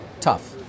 tough